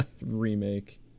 remake